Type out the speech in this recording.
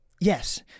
yes